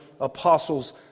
apostles